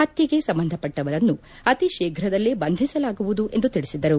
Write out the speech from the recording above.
ಪತ್ತೆಗೆ ಸಂಬಂಧಪಟ್ಟವರನ್ನು ಅತಿ ಶೀಘದಲ್ಲೇ ಬಂಧಿಸಲಾಗುವುದು ಎಂದು ತಿಳಿಸಿದರು